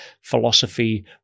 philosophy